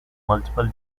multiple